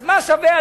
אז מה שווה,